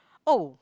oh